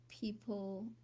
people